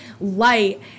light